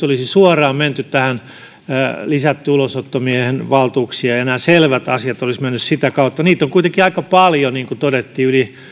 olisi suoraan lisätty ulosottomiehen valtuuksia ja nämä selvät asiat olisivat menneet sitä kautta niitä on kuitenkin aika paljon niin kuin todettiin yli